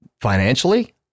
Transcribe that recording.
financially